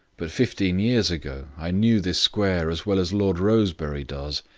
but fifteen years ago i knew this square as well as lord rosebery does,